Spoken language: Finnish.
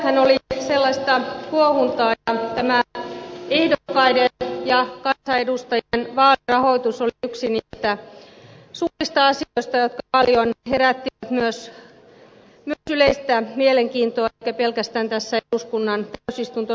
keväthän oli sellaista kuohuntaa ja tämä ehdokkaiden ja kansanedustajien vaalirahoitus oli yksi niistä suurista asioista jotka paljon herättivät myös yleistä mielenkiintoa eivätkä pelkästään tässä eduskunnan täysistuntosalissa